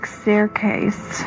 staircase